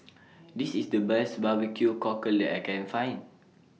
This IS The Best Barbecue Cockle that I Can Find